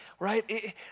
right